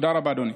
תודה רבה, אדוני.